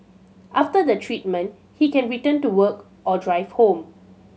after the treatment he can return to work or drive home